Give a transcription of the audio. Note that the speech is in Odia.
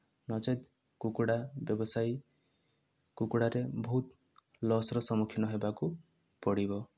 ନଚେତ କୁକୁଡ଼ା ବ୍ୟବସାୟୀ କୁକୁଡ଼ା ରେ ବହୁତ ଲସ୍ ର ସମୁଖୀନ ହେବାକୁ ପଡିବ